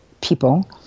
people